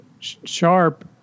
sharp